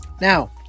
now